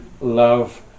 love